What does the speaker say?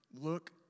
look